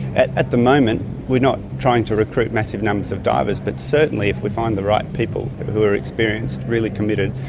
at at the moment we're not trying to recruit massive numbers of divers but certainly if we find the right people who are experienced, really committed,